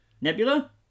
Nebula